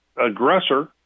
aggressor